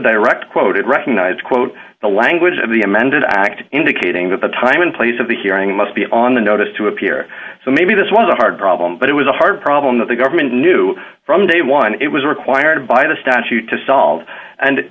direct quote recognize quote the language of the amended act indicating that the time and place of the hearing must be on the notice to appear so maybe this was a hard problem but it was a hard problem that the government knew from day one it was required by the statute to solve and